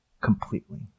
completely